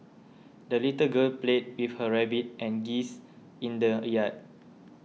the little girl played with her rabbit and geese in the yard